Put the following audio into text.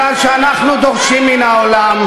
מפני שאנחנו דורשים מן העולם,